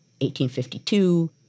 1852